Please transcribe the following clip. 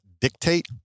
dictate